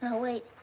wait.